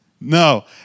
No